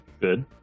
Good